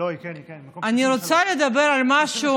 אני רוצה לדבר על משהו